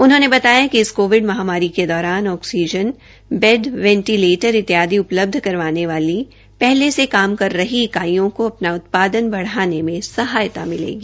उन्होंने बताया कि इस कोविड महामारी के दौरान ऑक्सीजन बैडस वेंटिलेटर इत्यादि उपलब्ध करवाने वाली पहले से काम कर रही इकाइयों को अपने उत्पादन बढ़ाने में सहायता मिलेगी